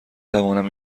توانم